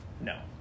No